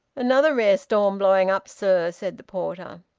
another rare storm blowing up, sir, said the porter.